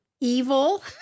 evil